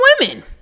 women